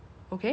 one